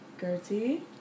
Gertie